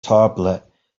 tablet